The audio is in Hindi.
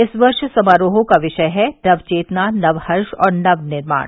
इस वर्ष समारोहों का विषय है नवचेतना नवहर्ष और नव निर्माण